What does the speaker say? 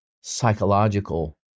psychological